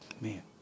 Man